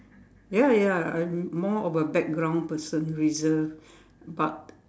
ya ya I'm more of a background person reserved but